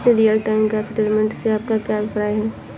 Real time gross settlement से आपका क्या अभिप्राय है?